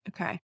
Okay